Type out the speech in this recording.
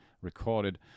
recorded